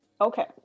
Okay